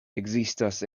ekzistas